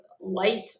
light